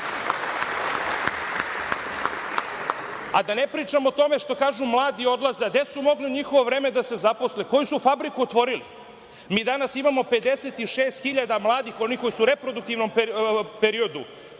Da ne pričamo o tome što kažu – mladi odlaze. A gde su mogli u njihovo vreme da se zaposle? Koju su fabriku otvorili? Mi danas imamo 56.000 mladih onih koji su u reproduktivnom periodu